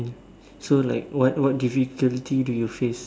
so like what what difficulties do you faced